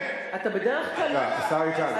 השר איתן,